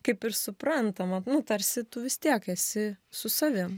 kaip ir suprantama nu tarsi tu vis tiek esi su savim